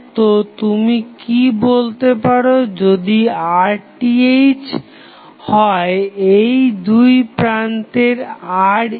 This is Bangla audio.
তো তুমি কি বলতে পারো যদি RTh হয় এই দুই প্রান্তের Req